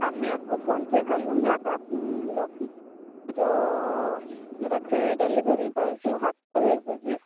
अब मैं आपको फोन पे कर लूंगी आप अपनी लोग जो रखे डिलीवरी बॉय भेज दीजिए